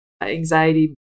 anxiety